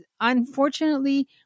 unfortunately